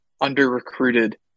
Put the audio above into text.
under-recruited